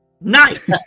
Nice